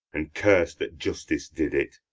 and curse that justice did it.